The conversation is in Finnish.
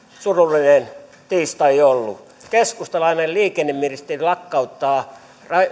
surullinen tiistai ollut keskustalainen liikenneministeri lakkauttaa